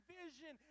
vision